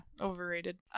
overrated